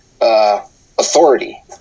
authority